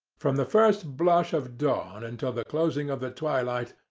from the first blush of dawn until the closing of the twilight,